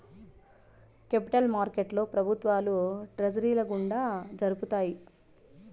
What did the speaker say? capital మార్కెట్లో ప్రభుత్వాలు ట్రెజరీల గుండా జరుపుతాయి